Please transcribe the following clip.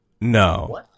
No